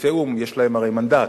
למשקיפי או"ם יש הרי מנדט,